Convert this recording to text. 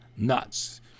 nuts